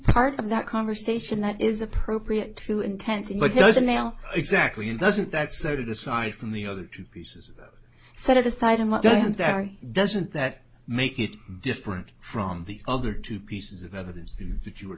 part of that conversation that is appropriate to intensity but it was a nail exactly in doesn't that set it aside from the other two pieces set aside and what doesn't sound doesn't that make it different from the other two pieces of evidence that you were